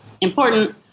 important